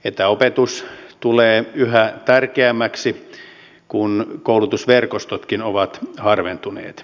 etäopetus tulee yhä tärkeämmäksi kun koulutusverkostotkin ovat harventuneet